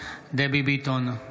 דבי ביטון,